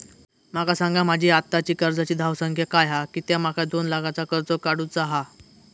माका सांगा माझी आत्ताची कर्जाची धावसंख्या काय हा कित्या माका दोन लाखाचा कर्ज काढू चा हा?